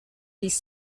these